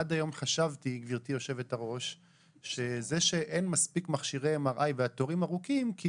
עד היום חשבתי שזה שאין מספיק מכשירי MRI והתורים ארוכים זה